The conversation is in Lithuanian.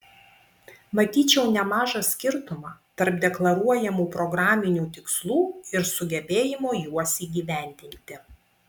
matyčiau nemažą skirtumą tarp deklaruojamų programinių tikslų ir sugebėjimo juos įgyvendinti